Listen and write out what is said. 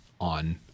on